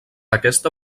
aquesta